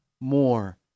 more